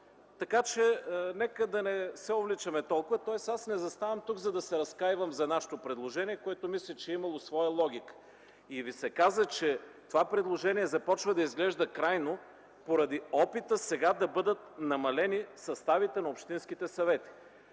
така че нека да не се увличаме толкова. Тоест, аз не заставам тук, за да се разкайвам за нашето предложение, което мисля, че е имало своя логика. И ви се каза, че това предложение започва да изглежда крайно, поради опита сега да бъдат намалени съставите на общинските съвети.